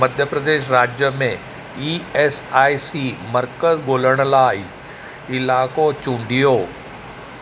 मध्य प्रदेश राज्य में E S I C मर्कज़ु ॻोल्हण लाइ इलाइक़ो चूंडियो